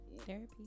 Therapy